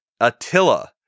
Attila